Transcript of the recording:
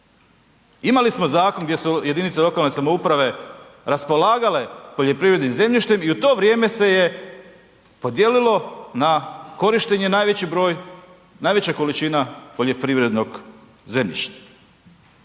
Imali smo zakon gdje su jedinice lokalne samouprave raspolagale poljoprivrednim zemljištem i u to vrijeme se je podijelilo na korištenje najveći broj, najveća količina poljoprivrednog zemljišta.